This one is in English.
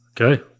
Okay